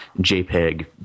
JPEG